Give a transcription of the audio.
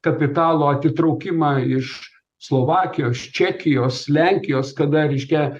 kapitalo atitraukimą iš slovakijos čekijos lenkijos kada reiškia